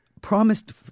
Promised